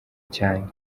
cyane